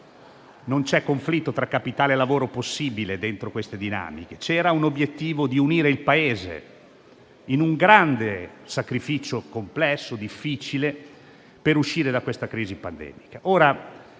Non c'è conflitto possibile tra capitale e lavoro dentro queste dinamiche. C'era l'obiettivo di unire il Paese, in un grande sacrificio complesso e difficile, per uscire da questa crisi pandemica.